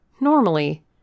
Normally